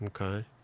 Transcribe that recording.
Okay